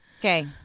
Okay